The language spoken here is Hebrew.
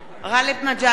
גאלב מג'אדלה,